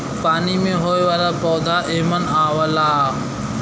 पानी में होये वाला पौधा एमन आवला